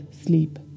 sleep